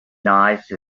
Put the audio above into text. nice